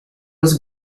was